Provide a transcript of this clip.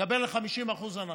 יקבל 50% הנחה,